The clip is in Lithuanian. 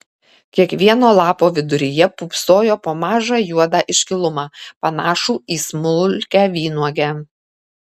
kiekvieno lapo viduryje pūpsojo po mažą juodą iškilumą panašų į smulkią vynuogę